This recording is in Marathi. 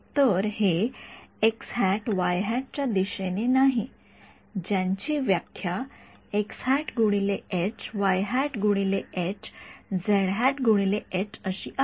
तर हे च्या दिशेने नाहीत ज्यांची व्याख्या अशी आहे